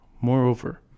Moreover